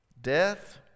Death